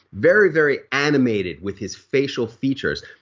very, very animated with his facial features.